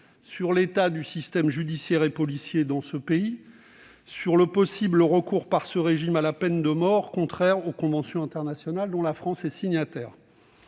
sur l'état du système judiciaire et policier de ce pays et sur le possible recours par ce régime à la peine de mort, contraire aux conventions internationales dont la France est signataire